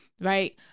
right